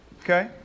Okay